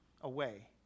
away